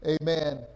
amen